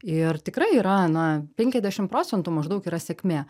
ir tikrai yra na penkiasdešim procentų maždaug yra sėkmė